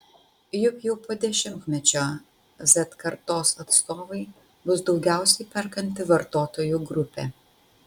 juk jau po dešimtmečio z kartos atstovai bus daugiausiai perkanti vartotojų grupė